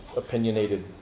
opinionated